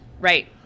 Right